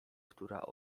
która